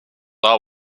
are